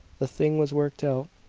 the thing was worked out,